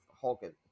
Hulk